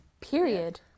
Period